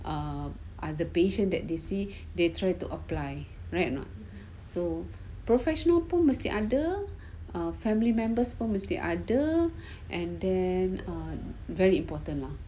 err other patient that they see they try to apply right or not so professional pun mesti ada family members pun mesti ada and then um very important lah